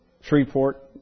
Shreveport